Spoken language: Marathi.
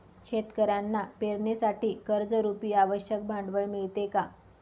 शेतकऱ्यांना पेरणीसाठी कर्जरुपी आवश्यक भांडवल मिळते का?